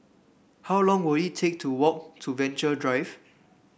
how long will it take to walk to Venture Drive